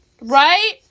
Right